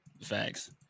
Facts